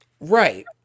Right